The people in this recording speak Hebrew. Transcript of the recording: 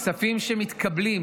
הכספים שמתקבלים